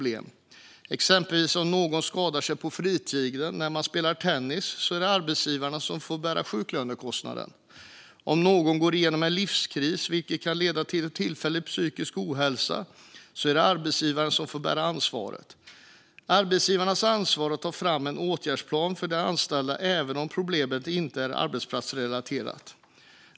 Ett exempel är att om någon skadar sig på fritiden när man spelar tennis är det arbetsgivaren som får bära sjuklönekostnaden. Om någon går igenom en livskris, vilket kan leda till tillfällig psykisk ohälsa, är det arbetsgivaren som får bära ansvaret. Arbetsgivarna har ansvar för att ta fram en åtgärdsplan för den anställde, även om problemet inte är arbetsplatsrelaterat.